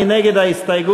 מי נגד ההסתייגות?